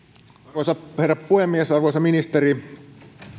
arvoisa herra puhemies arvoisa ministeri